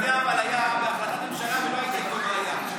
הנושא היה בהחלטת ממשלה ולא הייתה איתו בעיה.